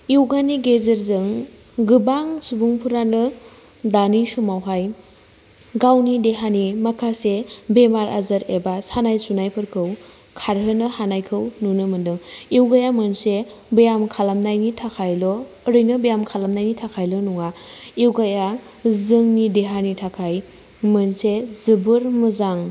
यगानि गेजेरजों गोबां सुबुंफोरानो दानि समाव हाय गावनि देहानि माखासे बेमार आजार एबा सानाय सुनाय फोरखौ खारहोनो हानायखौ नुनो मोनदों यगाया मोनसे व्यायम खालाम नायनि थाखायल' ओरैनो व्यायम खालाम नायनि थाखायल' नंआ यगा जोंनि देहानि थाखाय मोनसे जोबोर मोजां